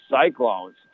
cyclones